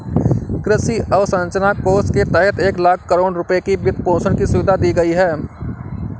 कृषि अवसंरचना कोष के तहत एक लाख करोड़ रुपए की वित्तपोषण की सुविधा दी गई है